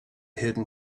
hidden